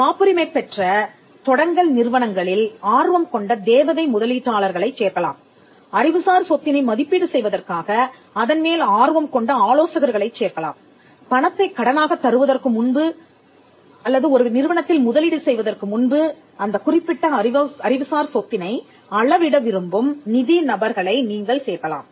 காப்புரிமை பெற்ற தொடங்கல் நிறுவனங்களில் ஆர்வம் கொண்ட தேவதை முதலீட்டாளர்களைச் சேர்க்கலாம் அறிவுசார் சொத்தினை மதிப்பீடு செய்வதற்காக அதன் மேல் ஆர்வம் கொண்ட ஆலோசகர்களைச் சேர்க்கலாம் பணத்தைக் கடனாகத் தருவதற்கு முன்பு அல்லது ஒரு நிறுவனத்தில் முதலீடு செய்வதற்கு முன்பு அந்தக் குறிப்பிட்ட அறிவுசார் சொத்தினை அளவிட விரும்பும் நிதி நபர்களை நீங்கள் சேர்க்கலாம்